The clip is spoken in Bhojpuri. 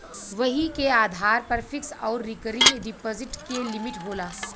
वही के आधार पर फिक्स आउर रीकरिंग डिप्सिट के लिमिट होला